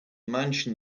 mansion